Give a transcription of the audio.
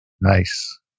Nice